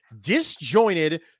disjointed